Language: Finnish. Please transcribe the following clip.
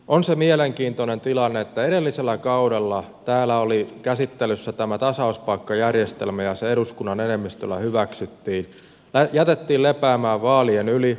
on se mielenkiintoinen tilanne että edellisellä kaudella täällä oli käsittelyssä tämä tasauspaikkajärjestelmä ja se eduskunnan enemmistöllä hyväksyttiin jätettiin lepäämään vaalien yli